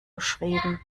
geschrieben